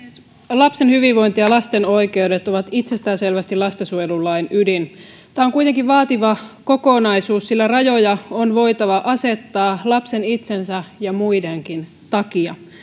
lapsen hyvinvointi ja lasten oikeudet ovat itsestäänselvästi lastensuojelulain ydin tämä on kuitenkin vaativa kokonaisuus sillä rajoja on voitava asettaa lapsen itsensä ja muidenkin takia